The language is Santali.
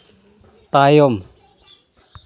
ᱛᱟᱭᱚᱢ